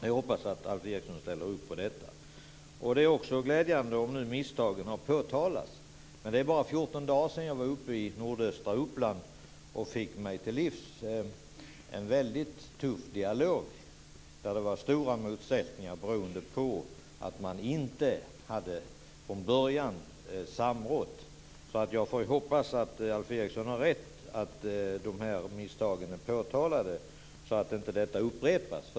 Jag hoppas att Alf Eriksson ställer upp på detta. Det är också glädjande att misstagen har påtalats. Men det är bara fjorton dagar sedan jag var uppe i nordöstra Uppland och hörde en väldigt tuff dialog där det fanns stora motsättningar beroende på att man inte hade samrått från början. Jag hoppas att Alf Eriksson har rätt när han säger att de här misstagen är påtalade, så att detta inte upprepas.